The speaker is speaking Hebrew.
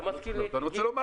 ואני רוצה לומר למה.